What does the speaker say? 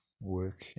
work